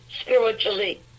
spiritually